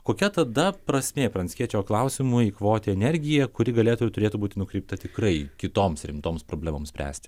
kokia tada prasmė pranckiečio klausimu eikvoti energiją kuri galėtų ir turėtų būti nukreipta tikrai kitoms rimtoms problemoms spręsti